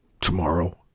Tomorrow